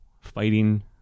fighting